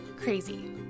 Crazy